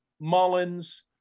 Mullins